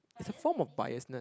is a form of biasness